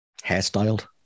hairstyled